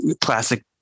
classic